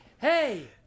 Hey